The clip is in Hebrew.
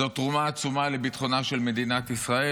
זו תרומה עצומה לביטחונה של מדינת ישראל.